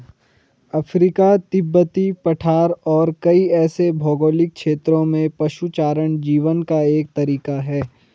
Africa, तिब्बती पठार और कई ऐसे भौगोलिक क्षेत्रों में पशुचारण जीवन का एक तरीका है